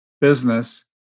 business